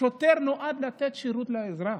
השוטר נועד לתת שירות לאזרח,